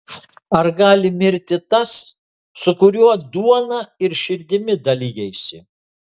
ar gali mirti tas su kuriuo duona ir širdimi dalijaisi